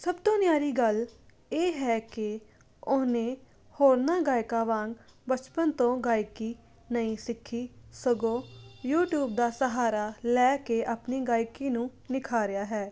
ਸਭ ਤੋਂ ਨਿਆਰੀ ਗੱਲ ਇਹ ਹੈ ਕਿ ਉਹਨੇ ਹੋਰਨਾ ਗਾਇਕਾਂ ਵਾਂਗ ਬਚਪਨ ਤੋਂ ਗਾਇਕੀ ਨਹੀਂ ਸਿੱਖੀ ਸਗੋਂ ਯੂਟਿਊਬ ਦਾ ਸਹਾਰਾ ਲੈ ਕੇ ਆਪਣੀ ਗਾਇਕੀ ਨੂੰ ਨਿਖਾਰਿਆ ਹੈ